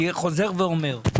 אני חוזר ואומר,